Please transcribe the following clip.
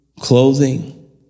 clothing